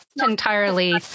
entirely